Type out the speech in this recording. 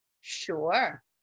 Sure